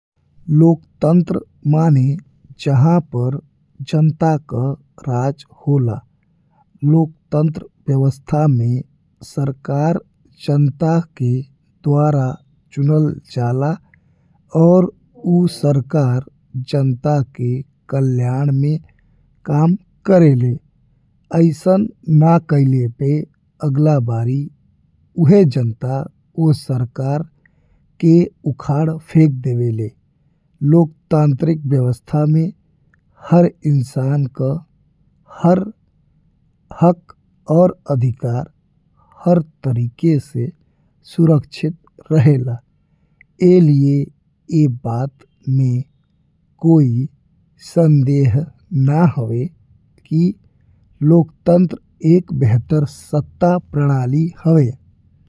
लोकतंत्र माने जहाँ पर जनता का राज होला, लोकतांत्रिक व्यवस्था में सरकार जनता के द्वारा चुनल जाला। और ऊ सरकार जनता के कल्याण में काम करेला। अइसन ना कइले पे अगला बारी उहे जनता ओ सरकार के उखाड़ फेंक दईले। लोकतांत्रिक व्यवस्था में हर इंसान का हर हक और अधिकार हर तरीके से सुरक्षा रहल। ए लिहाज से ई बात में कोई संदेह ना हवे कि लोकतंत्र एक बेहतर सत्ता प्रणाली हवे।